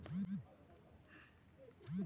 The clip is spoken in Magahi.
जैव पदार्थ के निःसृत गैस बायोफ्यूल हई